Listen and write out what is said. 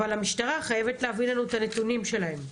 אבל המשטרה חייבת להביא לנו את הנתונים שלהם.